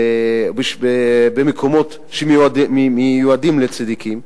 במקומות שמיועדים לצדיקים,